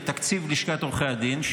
לתקציב לשכת עורכי הדין,